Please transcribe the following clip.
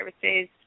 services